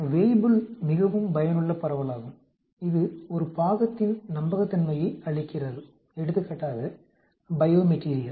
Weibull மிகவும் பயனுள்ள பரவலாகும் இது ஒரு பாகத்தின் நம்பகத்தன்மையை அளிக்கிறது எடுத்துக்காட்டாக பையோமெட்டீரியல்